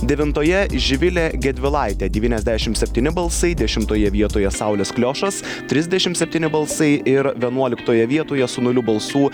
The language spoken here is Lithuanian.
devintoje živilė gedvilaitė devyniasdešimt septyni balsai dešimtoje vietoje saulės kliošas trisdešimt septyni balsai ir vienuoliktoje vietoje su nuliu balsų